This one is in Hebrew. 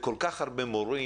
וכל כך הרבה מורי